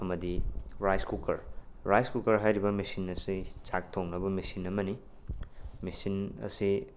ꯑꯃꯗꯤ rice cooker rice cooker ꯍꯥꯏꯔꯤꯕ machine ꯑꯁꯤ ꯆꯥꯛ ꯊꯣꯡꯅꯕ ꯃꯦꯁꯤꯟ ꯑꯃꯅꯤ ꯃꯦꯁꯤꯟ ꯑꯁꯦ